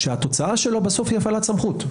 שהתוצאה שלו היא בסוף הפעלת בסמכות.